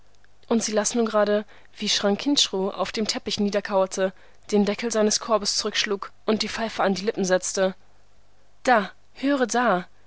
und sie las nun gerade wie chranquinchru auf dem teppich niederkauerte den deckel seines korbes zurückschlug und die pfeife an die lippen setzte da höre da